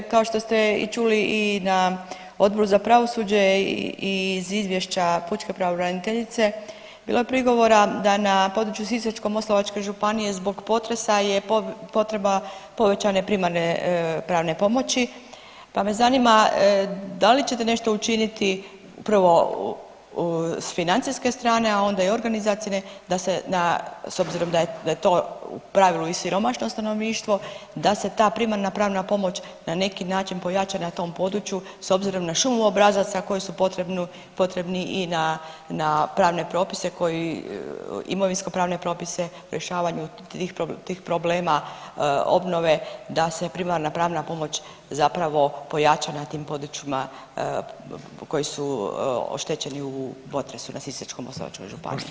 Kao što ste i čuli i na Odboru za pravosuđe i iz izvješća pučke pravobraniteljice bilo je prigovora da na području Sisačko-moslavačke županije zbog potresa je potreba povećane primarne pravne pomoći, pa me zanima da li ćete nešto učiniti upravo s financijske strane, a onda i organizacione da se s obzirom da je to u pravilu i siromašno stanovništvo, da se ta primarna prava pomoć na neki način pojača na tom području s obzirom na šumu obrazaca koji su potrebni i na pravne propise koji imovinskopravne propise rješavanju tih problema obnove da se primarna pravna pomoć zapravo pojača na tim područjima koji su oštećeni u potresu na Sisačko-moslavačkoj županiji?